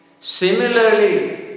Similarly